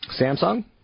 Samsung